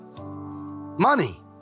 Money